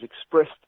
expressed